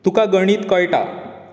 तुका गणीत कळटा